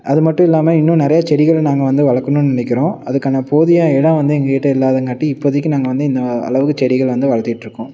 அது மட்டும் இல்லாமல் இன்னும் நிறைய செடிகள் நாங்கள் வந்து வளர்க்கணும் நினைக்கிறோம் அதற்க்கான போதிய இடம் வந்து எங்கள் கிட்ட இல்லாதங்காட்டி இப்போதைக்கு நாங்கள் வந்து இந்த அளவு செடிகள் வந்து வளர்த்திட்ருக்கோம்